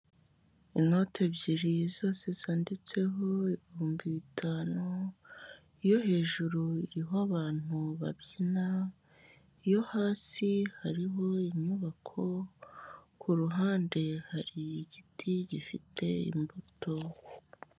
Inoti ebyiri zose zanditseho ibihumbi bitanu, iyo hejuru iriho abantu babyina, iyo hasi hariho inyubako, ku ruhande hari igiti gifite imbuto.